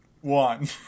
one